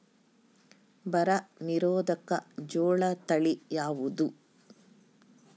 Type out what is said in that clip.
ಬರ ನಿರೋಧಕ ಜೋಳ ತಳಿ ಯಾವುದು?